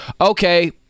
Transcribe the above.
okay